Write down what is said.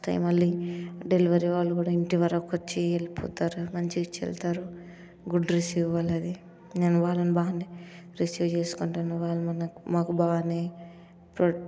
వస్తాయి మళ్ళీ డెలివరీ వాళ్ళు కూడా ఇంటి వరకొచ్చి వెళ్ళిపోతారు మంచిగా ఇచ్చి వెళ్తారు గుడ్ రిసీవ్ వాళ్ళది నేను వాళ్ళను బాగానే రిసీవ్ చేస్కుంటాను వాళ్ళు మనకు మాకు బాగానే ప్రొ